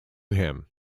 him